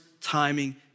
timing